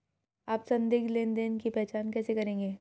आप संदिग्ध लेनदेन की पहचान कैसे करेंगे?